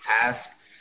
task